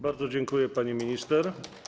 Bardzo dziękuję, pani minister.